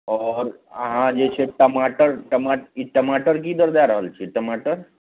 आओर अहाँ जे छै टमाटर टमा ई टमाटर कि दर दै रहल छिए टमाटर